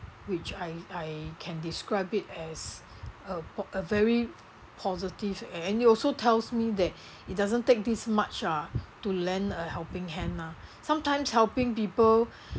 which I I can describe it as a po~ a very positive and and it also tells me that it doesn't take this much ah to lend a helping hand ah sometimes helping people